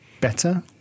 better